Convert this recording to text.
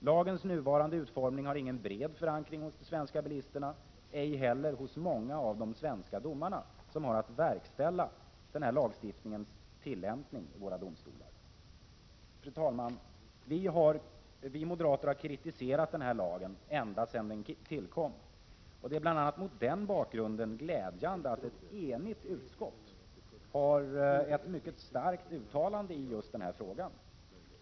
Lagens nuvarande utformning har ingen bred förankring hos de svenska bilisterna, ej heller hos många av de svenska domarna, som har att verkställa dess tillämpning i våra domstolar. Fru talman! Vi moderater har kritiserat denna lag ända sedan dess tillkomst. Det är bl.a. mot den bakgrunden glädjande att ett enigt utskott nu gör ett mycket starkt uttalande i denna fråga.